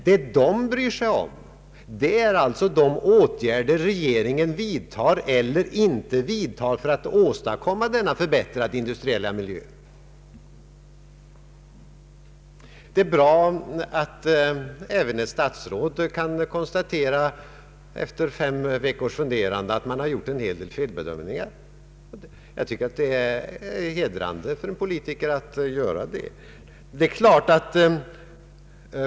Vad de främst bryr sig om är de åtgärder som regeringen vidtar eller inte vidtar för att åstadkomma denna förbättrade industriella miljö. Det är bra att även ett statsråd kan konstatera — efter fem veckors funderande — att man har gjort en hel del felbedömningar. Det är hedrande för en politiker att erkänna det.